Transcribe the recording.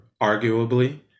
arguably